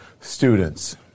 students